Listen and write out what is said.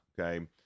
okay